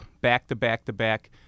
back-to-back-to-back